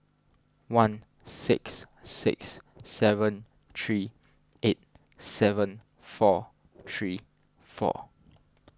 one six six seven three eight seven four three four